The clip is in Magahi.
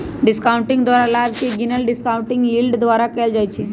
डिस्काउंटिंग द्वारा लाभ के गिनल डिस्काउंटिंग यील्ड द्वारा कएल जाइ छइ